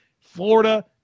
Florida